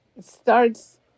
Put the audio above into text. starts